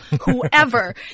whoever